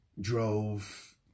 drove